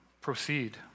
proceed